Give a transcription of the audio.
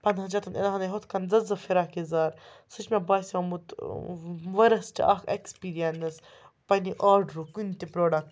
پنٛدہن شَتَن اِنہٕ ہانَے ہُتھ کَن زٕ زٕ فراک یَزار سُہ چھِ مےٚ باسیومُت ؤرٕسٹہٕ اَکھ اٮ۪کٕسپیٖرینٕس پنٛنہِ آڈرُک کُنہِ تہِ پرٛوڈَکٹُک